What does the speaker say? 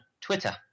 Twitter